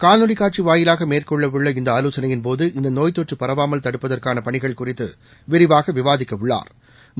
காணொலிகாட்சிவாயிலாகமேற்கொள்ளஉள்ள இந்தஆலோசனையின்போது இந்தநோய் தொற்றுபரவாமல் தடுப்பதற்கானபணிகள் குறித்துவிரிவாகவிவாதிக்கவுள்ளாா்